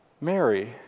Mary